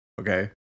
Okay